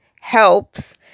helps